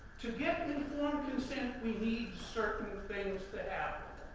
to get an informed consent, we need certain things to happen.